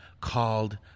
Called